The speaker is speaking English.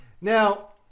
Now